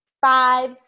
five